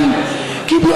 רצח.